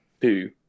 two